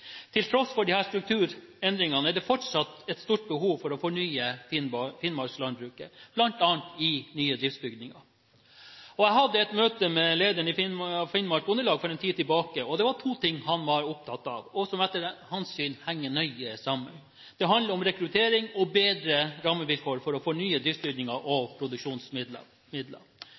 Til tross for disse strukturendringene er det fortsatt et stort behov for å fornye finnmarkslandbruket, bl.a. med nye driftsbygninger. Jeg hadde et møte med lederen av Finnmark Bondelag for en tid tilbake, og det var to ting han var opptatt av, og som etter hans syn henger nøye sammen. Det var det som handlet om rekruttering og bedre rammevilkår for å fornye driftsbygninger og produksjonsmidler.